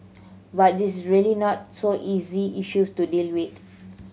but this is really not so easy issues to deal with